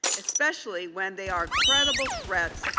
especially when they are credible threats.